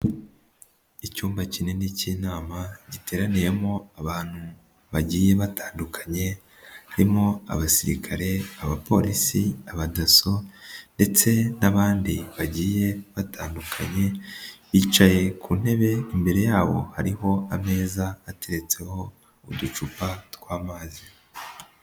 Icyumba kinini cy'inama giteraniyemo abantu bagiye batandukanye, harimo abasirikare, abapolisi, abadasso ndetse n'abandi bagiye batandukanye, bicaye ku ntebe, imbere yabo hariho ameza ateretseho uducupa tw'amazi.